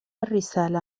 الرسالة